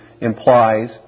implies